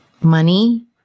money